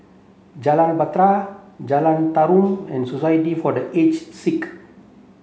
Jalan Bahtera Jalan Tarum and Society for the Aged Sick